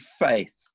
faith